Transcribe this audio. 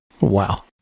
Wow